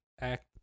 act